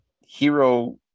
hero